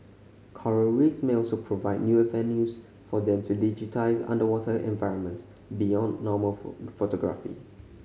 Coral Reefs may also provide new avenues for them to digitise underwater environments beyond normal photography